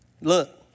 Look